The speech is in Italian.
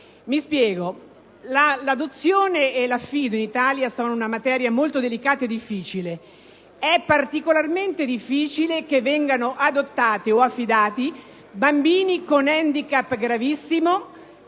l'adozione e l'affido in Italia sono una materia molto delicata e difficile. È particolarmente difficile che vengano adottati o affidati bambini con handicap gravissimo,